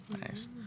Nice